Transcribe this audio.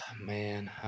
Man